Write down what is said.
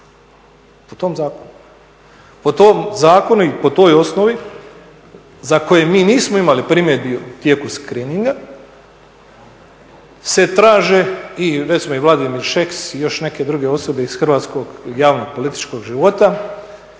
Po tom zakonu i po toj osnovi za koje mi nismo imali primjedbi u tijeku screeninga se traže i recimo i Vladimir Šeks i još neke druge osobe iz hrvatskog javnog političkog života